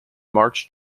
march